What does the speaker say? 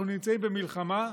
אנחנו נמצאים במלחמה.